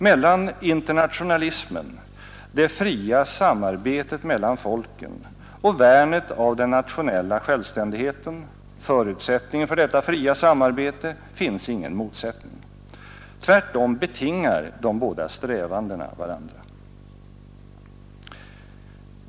Mellan internationalismen, det fria samarbetet mellan folken, och värnet av den nationella självständigheten, förutsättningen för detta fria samarbete, finns ingen motsättning. Tvärtom betingar de båda strävandena varandra.